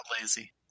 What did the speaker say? lazy